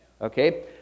okay